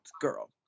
girl